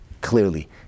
Clearly